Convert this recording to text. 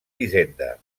hisenda